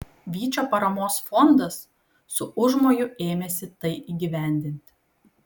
vyčio paramos fondas su užmoju ėmėsi tai įgyvendinti